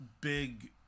Big